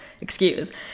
excuse